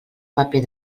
paper